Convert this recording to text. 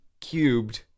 cubed